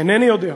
אינני יודע.